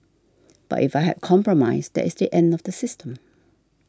but if I had compromised that is the end of the system